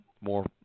more